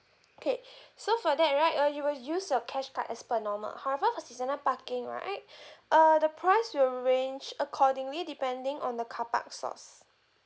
okay so for that right uh you will use your cash card as per normal however for seasonal parking right uh the price will range accordingly depending on the car park source